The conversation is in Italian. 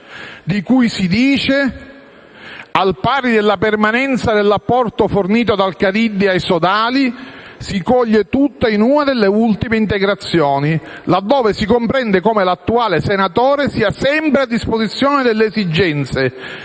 di cui, al pari della permanenza dell'apporto fornito dal Caridi ai sodali, si coglie tutta in una delle ultime integrazioni, laddove si comprende come l'attuale senatore sia sempre a disposizione delle esigenze